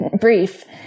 brief